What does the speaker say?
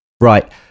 Right